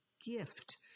gift